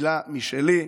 מילה משלי.